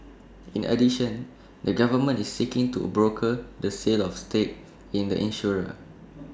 in addition the government is seeking to broker the sale of stake in the insurer